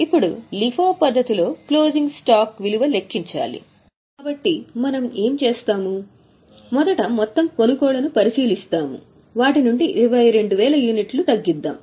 ఇప్పుడు LIFO పద్ధతిలో closing stock విలువ లెక్కించాలి కాబట్టి మనం ఏమి చేస్తాం మొదట మొత్తం కొనుగోళ్లను పరిశీలిస్తాము వాటినుండి 22000 యూనిట్లు తగ్గిద్దాం